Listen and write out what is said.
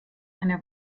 eine